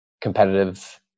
competitive